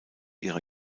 ihrer